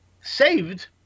saved